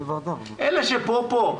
אלה שפה פה.